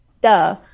duh